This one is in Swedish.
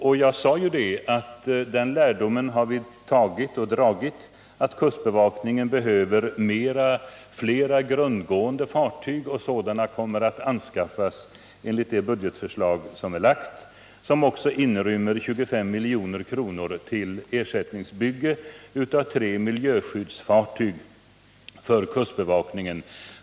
Jag framhöll också att vi har dragit den lärdomen av det inträffade att kustbevakningen behöver flera grundgående fartyg, och sådana kommer enligt det budgetförslag som framlagts också att anskaffas. Detta förslag inrymmer också 25 milj.kr. till ersättningsbygge av tre miljöskyddsfartyg för kustbevakningen.